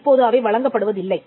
இப்போது அவை வழங்கப்படுவதில்லை